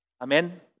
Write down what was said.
Amen